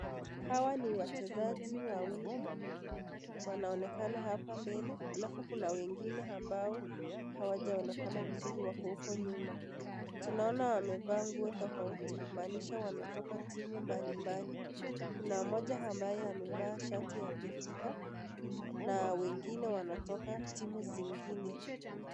Hawa ni wachezaji wawili wanaonekana hapa mbele halafu kuna wengine ambao hawajaonekana vizuri wako huko nyuma. Tunaona wamevaa nguo tofauti kumaanisha wametoka timu mbalimbali. Kuna mmoja ambaye amevaa shati bebika ya na wengine wanatoka timu zengine.